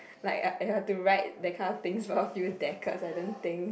like I have to write that kind of things for a few decades I don't think